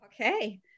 Okay